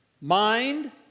mind